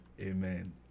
Amen